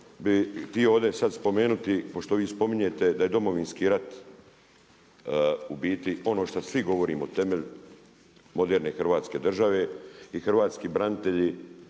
htio ovdje sad spomenuti, pošto vi sad spominjete da je Domovinski rat u biti ono što svi govorimo, temelj moderne hrvatske države i hrvatski branitelji